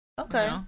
Okay